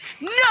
No